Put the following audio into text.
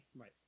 Right